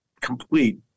complete